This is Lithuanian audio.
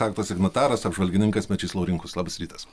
akto signataras apžvalgininkas mečys laurinkus labas rytas